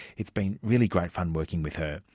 it's been really great fun working with her.